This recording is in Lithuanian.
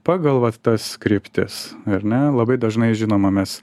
pagal va tas kryptis ar ne labai dažnai žinoma mes